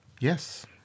yes